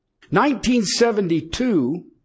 1972